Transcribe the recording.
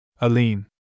Aline